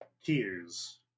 Tears